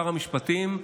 שר המשפטים,